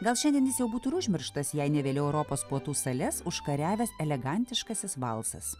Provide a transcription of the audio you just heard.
gal šiandien jis jau būtų ir užmirštas jei ne vėliau europos puotų sales užkariavęs elegantiškasis valsas